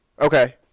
Okay